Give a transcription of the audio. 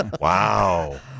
Wow